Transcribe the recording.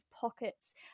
pockets